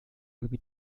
gebiet